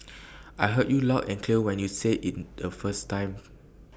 I heard you loud and clear when you said IT the first time